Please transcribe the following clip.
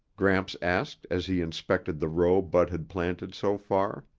gramps asked as he inspected the row bud had planted so far.